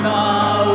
now